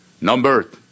numbered